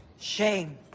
Shame